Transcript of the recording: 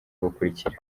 gukurikira